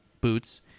boots